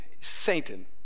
Satan